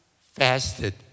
fasted